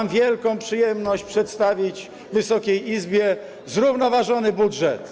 Mam wielką przyjemność przedstawić Wysokiej Izbie zrównoważony budżet.